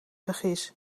vergis